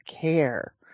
care